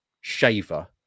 shaver